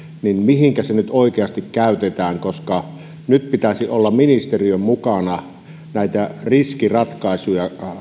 niin mihinkä se nyt oikeasti käytetään nyt pitäisi olla ministeriön mukana hakemassa näitä riskiratkaisuja